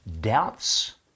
doubts